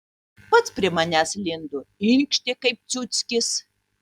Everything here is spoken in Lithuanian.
pats prie manęs lindo inkštė kaip ciuckis